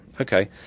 Okay